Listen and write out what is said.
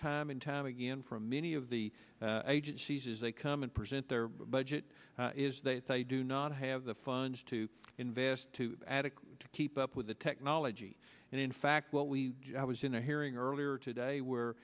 time and time again from many of the agencies is they come and present their budget is that they do not have the funds to invest adequate to keep up with the technology and in fact what we was in a hearing earlier today where